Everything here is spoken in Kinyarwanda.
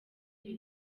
ibi